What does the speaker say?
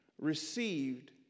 received